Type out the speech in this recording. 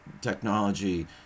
technology